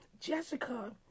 Jessica